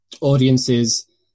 audiences